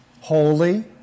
holy